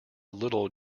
little